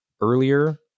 earlier